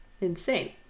insane